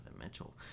Mitchell